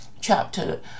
chapter